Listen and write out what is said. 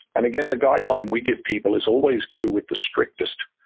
and again, the guideline we give people is always go with the strictest.